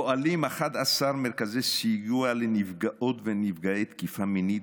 פועלים 11 מרכזי סיוע לנפגעות ונפגעי תקיפה מינית,